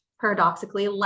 paradoxically